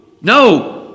No